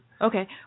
Okay